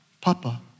Papa